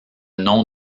nom